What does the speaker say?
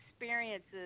experiences